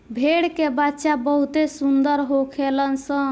भेड़ के बच्चा बहुते सुंदर होखेल सन